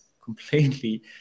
completely